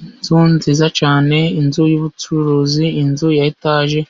Inzu nziza cyane, inzu yubucuruzi, inzu ya etage